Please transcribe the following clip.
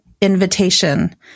invitation